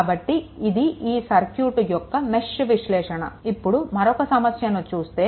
కాబట్టి ఇది ఈ సర్క్యూట్ యొక్క మెష్ విశ్లేషణ ఇప్పుడు మరొక సమస్య చూస్తే 3